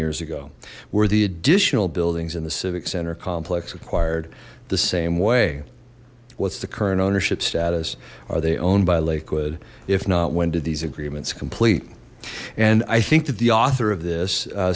years ago were the additional buildings in the civic center complex acquired the same way what's the current ownership status are they owned by lakewood if not when did these agreements complete and i think that the author of this